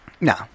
No